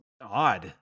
odd